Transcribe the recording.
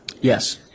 Yes